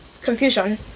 confusion